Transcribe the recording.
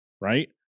Right